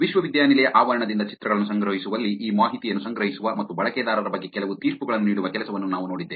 ವಿಶ್ವವಿದ್ಯಾನಿಲಯ ಆವರ್ಣದಿಂದ ಚಿತ್ರಗಳನ್ನು ಸಂಗ್ರಹಿಸುವಲ್ಲಿ ಈ ಮಾಹಿತಿಯನ್ನು ಸಂಗ್ರಹಿಸುವ ಮತ್ತು ಬಳಕೆದಾರರ ಬಗ್ಗೆ ಕೆಲವು ತೀರ್ಪುಗಳನ್ನು ನೀಡುವ ಕೆಲಸವನ್ನು ನಾವು ನೋಡಿದ್ದೇವೆ